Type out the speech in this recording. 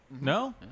No